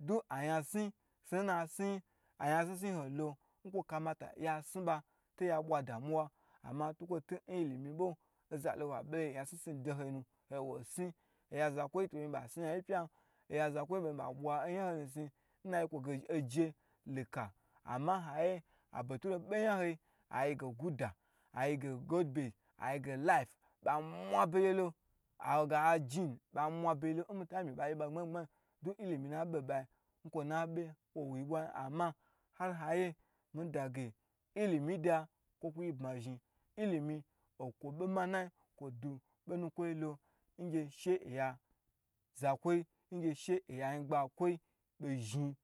ayan sni sni ayan sni sni yi holo m kwo kamata ya ba to ya bwa damuwan ama ntukwo tu illo oza lo wa bye n yan sni sniyi holo wo sni zakwoyi to bo zhin ba sni a yan yi pya n, oya zakwo yi bo zhin ba ɓwa nya honu n ayi kwo ge oje lika ama a beture by yan ho li a yi ge guda ayi ge golbe ayige ba mwa begye n mita mi ma yi ba gbmay gbmagin du ilimi nu na bye n bayi n kwo na be kwo wuyi bwa ama ha yi ye miyi ge ilimi da kwo ku yi bmazhi ilimi nku bo manayi kwo du bo nukwo yilo ngye oya. Za ngye she oya nyingbakwo be zhin